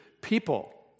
people